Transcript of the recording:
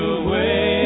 away